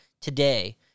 today